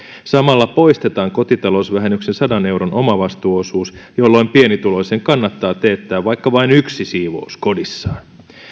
samalla poistetaan kotitalousvähennyksen sadan euron omavastuuosuus jolloin pienituloisen kannattaa teettää vaikka vain yksi siivous kodissaan